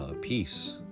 peace